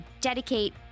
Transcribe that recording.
dedicate